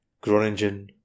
Groningen